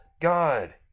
God